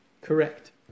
Correct